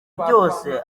byose